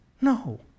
No